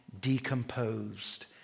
decomposed